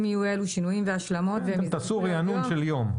אם יהיו שינויים והשלמות, זה ייעשה.